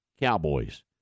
Cowboys